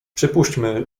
przypuśćmy